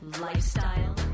lifestyle